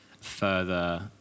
further